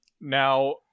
Now